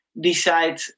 decide